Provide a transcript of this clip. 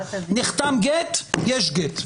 נחתם גט, יש גט.